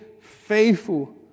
faithful